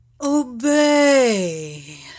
Obey